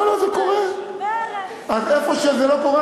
אז איפה שזה לא קורה,